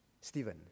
Stephen